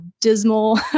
dismal